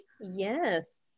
yes